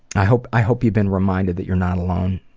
i hope i hope you've been reminded that you're not alone.